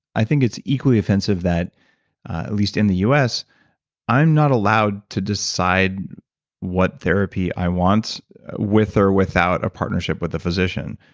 i think it's equally offensive that at least in the us i'm not allowed to decide what therapy i want with or without a partnership with a physician.